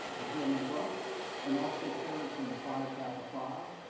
the german club and also serves in phi kappa phi,